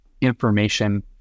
information